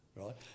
right